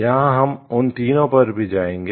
यहाँ हम उन तिनोपर भी जायेंगे